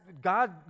God